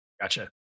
Gotcha